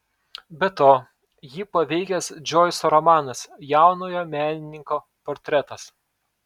be to jį paveikęs džoiso romanas jaunojo menininko portretas